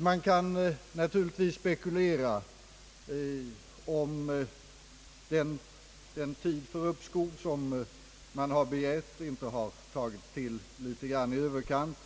Man kan naturligtvis ifrågasätta om den begärda tiden för uppskov inte har tagits till litet i överkant